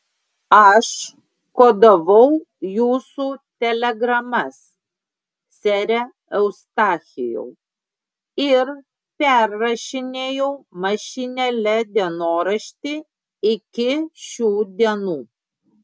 aš kodavau jūsų telegramas sere eustachijau ir perrašinėjau mašinėle dienoraštį iki šių dienų